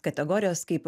kategorijos kaip